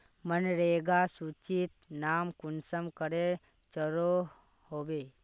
मनरेगा सूचित नाम कुंसम करे चढ़ो होबे?